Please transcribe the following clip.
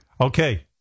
Okay